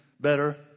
better